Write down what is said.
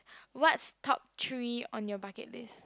what's top three on your bucket list